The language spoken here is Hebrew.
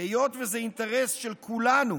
היות שזה אינטרס של כולנו